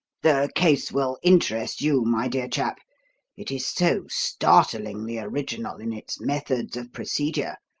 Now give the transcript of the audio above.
the case will interest you, my dear chap it is so startlingly original in its methods of procedure,